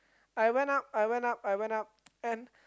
I went up I went up I went up and